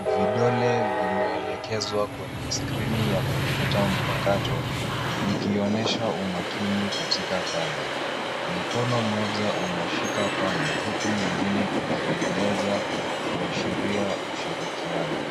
Vidole vimeelekezwa kwenye skrini ya kompyuta mpakato, vikionyesha umakini katika kazi. Mkono moja unashika panya, huku mwingine ukieleza kuashiria ushirikiano.